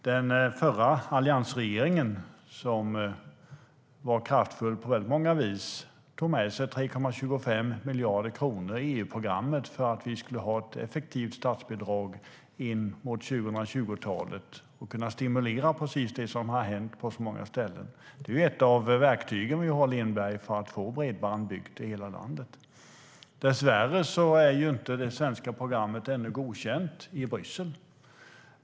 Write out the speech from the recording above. Den tidigare alliansregeringen, som var kraftfull på väldigt många vis, tog med sig 3,25 miljarder kronor i EU-programmet för att vi skulle ha ett effektivt statsbidrag in mot 2020-talet och kunna stimulera precis det som har hänt på så många ställen. Det är ett av de verktyg vi har, Lindberg, för att få bredband byggt i hela landet. Dessvärre är inte det svenska programmet ännu godkänt i Bryssel.